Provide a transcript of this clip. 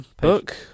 book